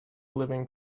living